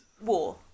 war